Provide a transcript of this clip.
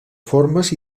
formes